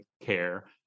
care